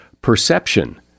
Perception